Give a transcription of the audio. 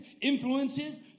influences